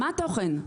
מה התוכן?